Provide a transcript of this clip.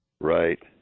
Right